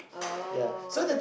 oh